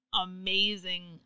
amazing